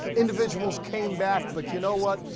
individuals came back but you know what?